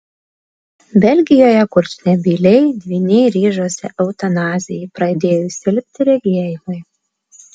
belgijoje kurčnebyliai dvyniai ryžosi eutanazijai pradėjus silpti regėjimui